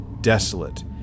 desolate